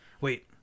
Wait